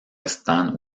están